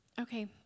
Okay